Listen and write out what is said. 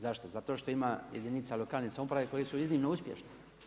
Zašto? zato što ima jedinica lokalne samouprave koje su iznimno uspješne.